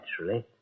naturally